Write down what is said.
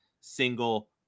single